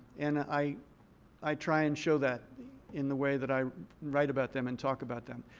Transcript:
and i i try and show that in the way that i write about them and talk about them.